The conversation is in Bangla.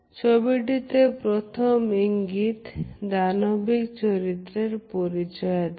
ছবিটিতে প্রথম ইঙ্গিত দানবিক চরিত্রের পরিচয় দেয়